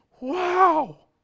wow